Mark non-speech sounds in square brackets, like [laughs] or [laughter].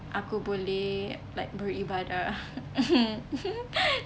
aku boleh like beribadah [laughs] [breath]